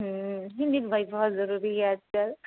हिन्दी तो भाई बहुत जरूरी है आजकल